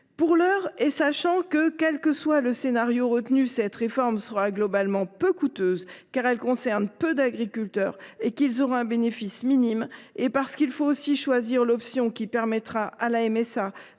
Pour l’heure, sachant que, quel que soit le scénario retenu, cette réforme sera globalement peu coûteuse, car elle concerne peu d’agriculteurs et que ces derniers auront un bénéfice minime, et parce qu’il faut choisir l’option qui permettra à la MSA